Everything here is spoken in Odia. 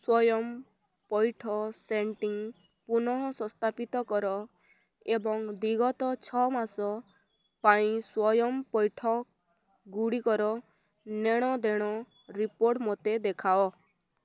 ସ୍ଵୟଂ ପଇଠ ସେଟିଂ ପୁନଃ ସଂସ୍ଥାପିତ କର ଏବଂ ବିଗତ ଛଅ ମାସ ପାଇଁ ସ୍ଵୟଂ ପଇଠଗୁଡ଼ିକର ନେଣ ଦେଣ ରିପୋର୍ଟ ମୋତେ ଦେଖାଅ